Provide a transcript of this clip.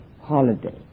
holiday